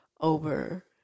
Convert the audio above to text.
over